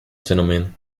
phänomen